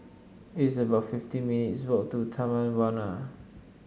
it's about fifteen minutes' walk to Taman Warna